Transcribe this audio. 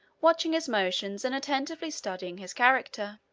watching his motions, and attentively studying his character.